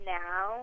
now